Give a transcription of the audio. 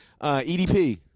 EDP